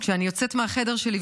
אני יוצאת מהחדר שלי,